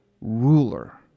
ruler